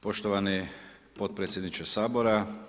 Poštovani potpredsjedniče Sabora.